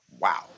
Wow